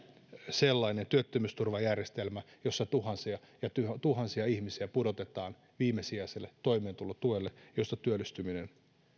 sellainen työttömyysturvajärjestelmä jossa tuhansia ja tuhansia ihmisiä pudotetaan viimesijaiselle toimeentulotuelle josta työllistyminen